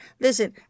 listen